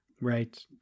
right